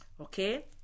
okay